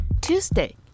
Tuesday